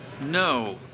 No